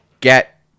get